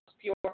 pure